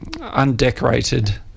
undecorated